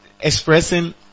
expressing